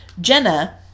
Jenna